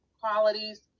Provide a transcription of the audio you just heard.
qualities